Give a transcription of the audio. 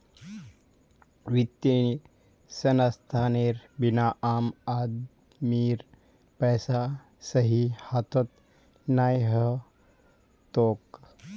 वित्तीय संस्थानेर बिना आम आदमीर पैसा सही हाथत नइ ह तोक